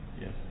Yes